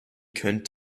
könnt